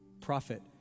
Prophet